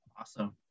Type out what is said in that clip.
Awesome